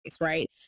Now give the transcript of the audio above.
Right